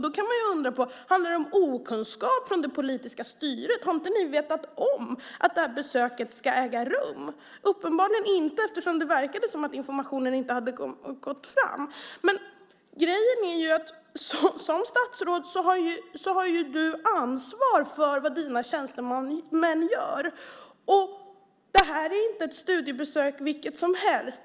Då kan man undra: Handlar det om okunskap från det politiska styret? Har ni inte vetat om att det här besöket ska äga rum? Uppenbarligen inte, eftersom det verkade som att informationen inte hade gått fram. Men grejen är ju att du som statsråd har ansvar för vad dina tjänstemän gör. Och det här är inte ett studiebesök vilket som helst.